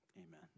Amen